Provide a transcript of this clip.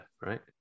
right